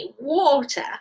water